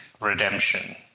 redemption